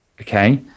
Okay